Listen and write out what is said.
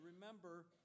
remember